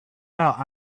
out